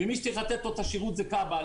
ומי שצריך לתת לו את השירות זה כב"ה.